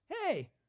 Hey